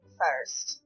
first